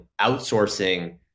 outsourcing